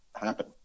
happen